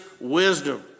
wisdom